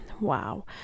Wow